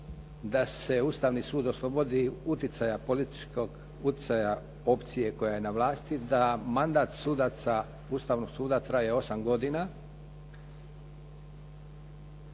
da se Ustavni sud oslobodi utjecaja političkog, utjecaja opcije koja je na vlasti da mandat sudaca Ustavnog suda traje 8 godina.